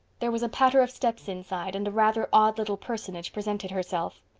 there was a patter of steps inside and a rather odd little personage presented herself.